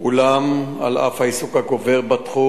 אולם על אף העיסוק הגובר בו,